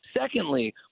Secondly